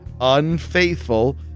unfaithful